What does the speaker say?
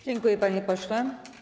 Dziękuję, panie pośle.